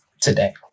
Today